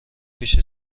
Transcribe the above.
پیش